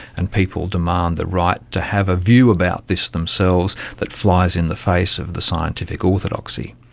and people demand the right to have a view about this themselves that flies in the face of the scientific orthodoxy.